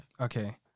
Okay